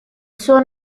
suo